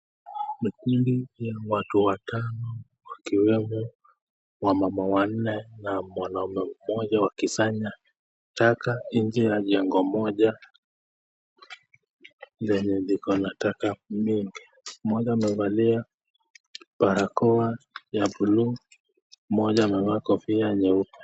Makundi ya watu watano wakiwemo wamama wanne na mwanaume mmoja wakisanya taka nje ya jengo moja lenye liko na taka mingi. Mmoja amevakia barakoa ya bluu mmoja amevaa kofia nyeupe.